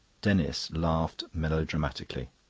denis laughed melodramatically.